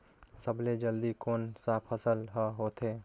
सबले जल्दी कोन सा फसल ह होथे?